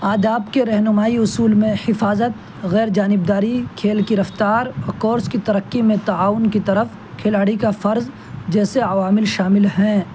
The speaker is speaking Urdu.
آداب کے رہنمائی اصول میں حفاظت غیرجانبداری کھیل کی رفتار اور کورس کی ترقی میں تعاون کی طرف کھلاڑی کا فرض جیسے عوامل شامل ہیں